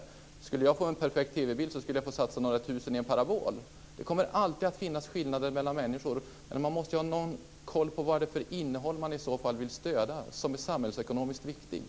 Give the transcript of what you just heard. Om jag skulle få en perfekt TV-bild skulle jag få satsa några tusen i en parabol. Det kommer alltid att finnas skillnader mellan människor. Man måste ha koll på vilket innehåll man vill stödja och som är samhällsekonomiskt viktigt.